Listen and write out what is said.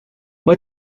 moi